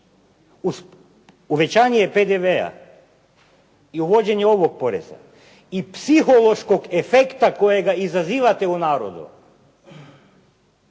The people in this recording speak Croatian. povećanje PDV-a i uvođenje ovog poreza i psihološkog efekta kojeg izazivate u narodu